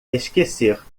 esquecer